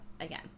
again